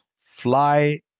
fly